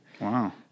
Wow